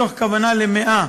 מתוך כוונה ל-100,